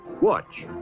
Watch